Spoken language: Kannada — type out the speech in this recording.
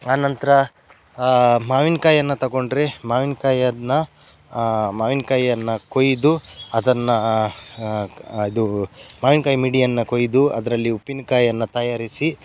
ಆನಂತರ ಮಾವಿನ ಕಾಯಿಯನ್ನು ತಗೊಂಡರೆ ಮಾವಿನ ಕಾಯಿಯನ್ನು ಮಾವಿನ ಕಾಯಿಯನ್ನು ಕೊಯ್ದು ಅದನ್ನು ಇದು ಮಾವಿನ ಕಾಯಿ ಮಿಡಿಯನ್ನು ಕೊಯ್ದು ಅದರಲ್ಲಿ ಉಪ್ಪಿನ ಕಾಯಿಯನ್ನು ತಯಾರಿಸಿ